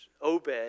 Obed